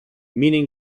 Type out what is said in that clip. meaning